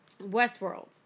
Westworld